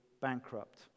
bankrupt